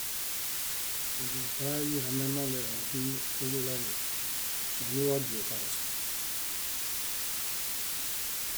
Ínze eplae źiɦamemaŋ óxiźiɭoomi moiwa díel karosu.